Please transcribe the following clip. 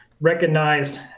recognized